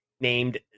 named